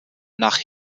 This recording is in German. nach